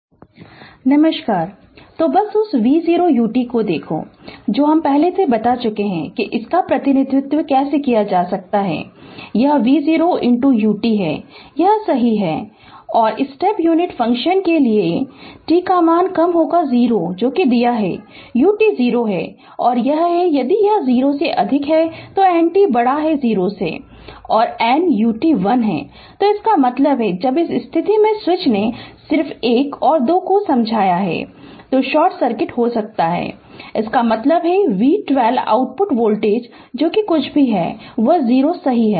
Fundamentals of Electrical Engineering Prof Debapriya Das Department of Electrical Engineering Indian Institute of Technology Kharagpur Lecture 32 First order circuits Contd Refer Slide Time 0020 तो बस उस v0 ut को देखो है जो पहले ही बता चुके है कि इसका प्रतिनिधित्व कैसे किया जा सकता है यह v0 ut है यह सही है और स्टेप यूनिट फंक्शन ने के लिये t 0 दिया है कि ut 0 है और यह है कि यदि यह 0 से अधिक है तो n t बड़ा है 0 से n ut 1 है तो इसका मतलब है जब इस स्थिति में स्विच ने सिर्फ 1 और 2 को समझाया है तो शॉर्ट सर्किट हो जाता है इसका मतलब है v12 आउटपुट वोल्टेज जो कुछ भी है वह 0 सही है